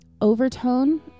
overtone